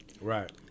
Right